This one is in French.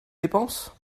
dépenses